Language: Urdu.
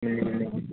جی